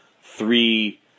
three